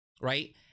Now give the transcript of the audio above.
right